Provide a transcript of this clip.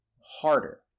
harder